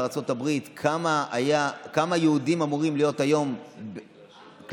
כמה יהודים היו אמורים להיות היום בארצות